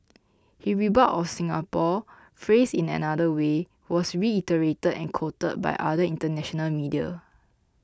his rebuke of Singapore phrased in another way was reiterated and quoted by other international media